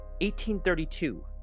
1832